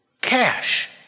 Cash